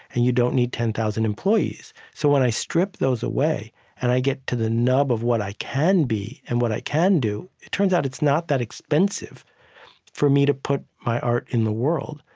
and you don't need ten thousand employees. so when i strip those away and i get to the nub of what i can be and what i can do, it turns out it's not that expensive for me to put my art in the world.